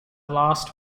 last